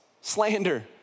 slander